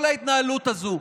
כל ההתנהלות הזו,